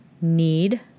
need